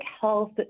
health